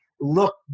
look